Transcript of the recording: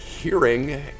Hearing